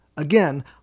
Again